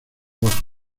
bosco